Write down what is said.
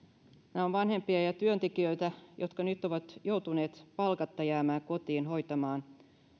nämä ovat vanhempia ja työntekijöitä jotka nyt ovat joutuneet palkatta jäämään kotiin hoitamaan